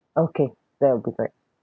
okay that will be great